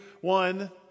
one